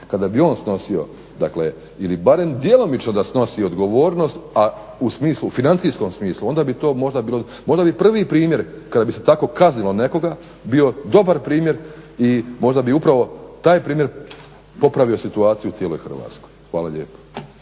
kada bi on snosio, dakle ili barem djelomično da snosi odgovornost, a u smislu, financijskom smislu, onda bi to možda, možda bi prvi primjer kad bi se tako kaznilo nekog bio dobar primjer i možda bi upravo taj primjer popravio situaciju u cijeloj Hrvatskoj. Hvala lijepo.